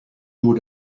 door